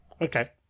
Okay